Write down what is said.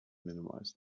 minimize